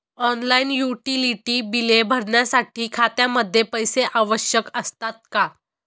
Online utility बिले भरण्यासाठी खात्यामध्ये पैसे आवश्यक असतात का?